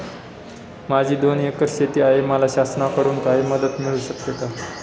माझी दोन एकर शेती आहे, मला शासनाकडून काही मदत मिळू शकते का?